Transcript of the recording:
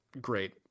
great